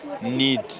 need